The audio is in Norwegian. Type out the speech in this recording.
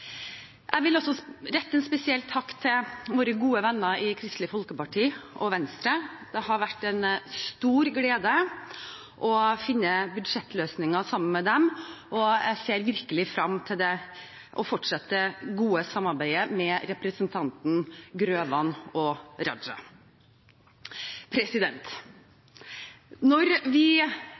Jeg vil også rette en spesiell takk til våre gode venner i Kristelig Folkeparti og Venstre. Det har vært en stor glede å finne budsjettløsninger sammen med dem, og jeg ser virkelig frem til å fortsette det gode samarbeidet med representantene Grøvan og Raja. Når vi